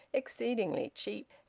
exceedingly cheap.